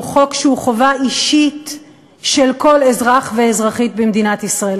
הוא חוק שהוא חובה אישית של כל אזרח ואזרחית במדינת ישראל.